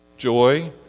Joy